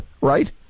right